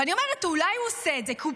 ואני אומרת שאולי הוא עושה את זה כי הוא